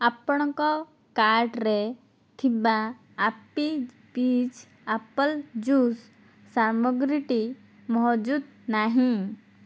ଆପଣଙ୍କ କାର୍ଟ୍ରେ ଥିବା ଆପୀ ଫିଜ୍ ଆପଲ୍ ଜୁସ୍ ସାମଗ୍ରୀଟି ମହଜୁଦ ନାହିଁ